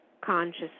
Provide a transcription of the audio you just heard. conscious